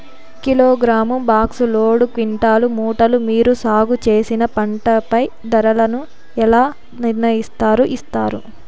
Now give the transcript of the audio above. Kilogram, box, load, quintal, మూటలు మీరు సాగు చేసిన పంటపై ధరలను ఎలా నిర్ణయిస్తారు యిస్తారు?